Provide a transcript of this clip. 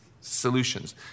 solutions